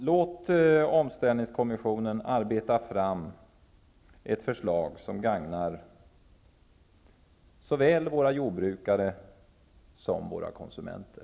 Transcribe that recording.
Låt omställningskommissionen arbeta fram ett förslag som gagnar såväl svenska jordbrukare som svenska konsumenter!